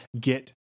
get